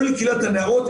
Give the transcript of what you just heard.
או לקהילת הנערות.